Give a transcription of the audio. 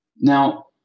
now